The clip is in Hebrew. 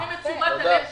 הם צריכים את תשומת הלב שלך,